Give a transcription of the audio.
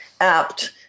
apt